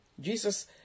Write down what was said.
Jesus